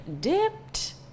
dipped